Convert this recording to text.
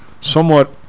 somewhat